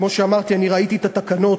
כמו שאמרתי, אני ראיתי את התקנות,